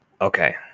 Okay